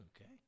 Okay